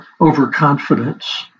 overconfidence